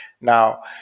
Now